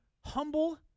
humble